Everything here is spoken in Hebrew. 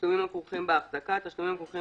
"תשלומים הכרוכים בהחזקה" תשלומים הכרוכים